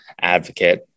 advocate